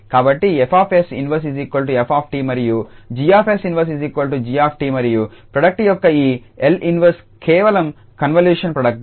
కాబట్టి F𝑠 inverse 𝑓𝑡 మరియు 𝐺𝑠 inverse 𝑔𝑡 మరియు ప్రోడక్ట్ యొక్క ఈ 𝐿 ఇన్వర్స్ కేవలం కన్వల్యూషన్ ప్రోడక్ట్